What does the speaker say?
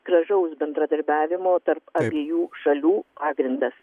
gražaus bendradarbiavimo tarp abiejų šalių pagrindas